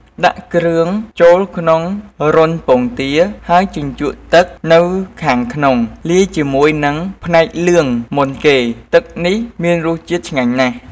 ដាក់គ្រឿងចូលក្នុងរន្ធពងទា ហើយជញ្ជក់ទឹកនៅខាងក្នុង លាយជាមួយនឹងផ្នែកលឿងមុនគេ ទឹកនេះមានរសជាតិឆ្ងាញ់ណាស់។